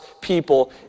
people